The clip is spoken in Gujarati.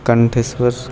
કંઠેશ્વર